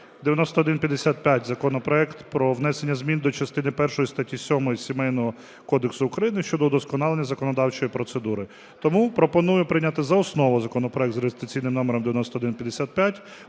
9155 – законопроект про внесення зміни до частини першої статті 7 Сімейного кодексу України щодо удосконалення законодавчої процедури. Тому пропоную прийняти за основу законопроект з реєстраційним номером 9155: